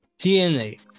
DNA